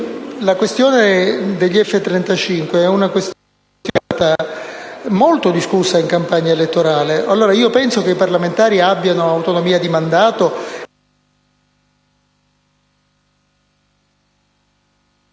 la questione degli F-35 è stata molto discussa in campagna elettorale. Ritengo che i parlamentari abbiano autonomia di mandato